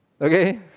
Okay